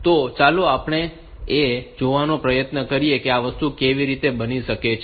તો ચાલો આપણે એ જોવાનો પ્રયત્ન કરીએ કે આ વસ્તુ કેવી રીતે બની શકે છે